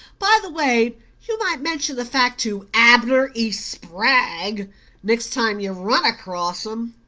by the way, you might mention the fact to abner e. spragg next time you run across him.